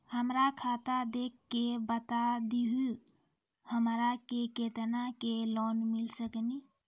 हमरा खाता देख के बता देहु हमरा के केतना के लोन मिल सकनी?